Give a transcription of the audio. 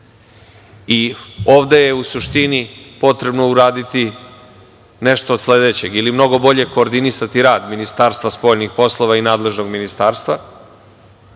Ovde je u suštini potrebno uraditi nešto od sledećeg: ili mnogo bolje koordinisati rad Ministarstva spoljnih poslova i nadležnog ministarstva,